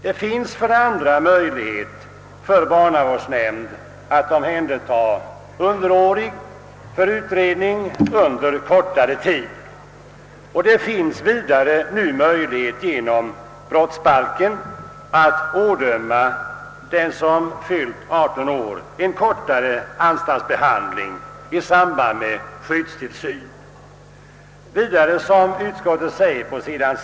Det finns också möjlighet för barnavårdsnämnd att omhänderta underårig för utredning under kortare tid, och det finns vidare genom brottsbalken möjlighet att ådöma den som fyllt 18 år en kortare anstaltsbehandling i samband med skyddstillsyn. Vidare vill jag citera vad utskottet skriver längst ned på sid.